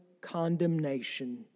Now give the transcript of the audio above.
condemnation